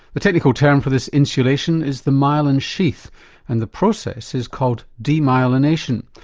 a technical term for this insulation is the myelin sheath and the process is called demyelination.